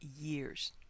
years